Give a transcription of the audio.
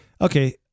Okay